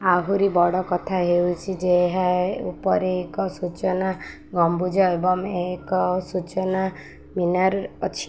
ଆହୁରି ବଡ଼ କଥା ହେଉଛି ଯେ ଏହା ଉପରେ ଏକ ସୂଚନା ଗମ୍ବୁଜ ଏବଂ ଏକ ସୂଚନା ମିନାର୍ ଅଛି